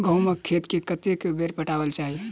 गहुंमक खेत केँ कतेक बेर पटेबाक चाहि?